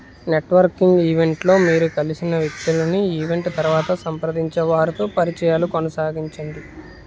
networking event లో మీరు కలిసిన వ్యక్తులని ఈవెంట్ తరువాత సంప్రదించే వారితో పరిచయాలు కొనసాగించండి